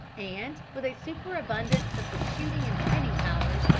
and with a superabundance of the shooting and fighting powers,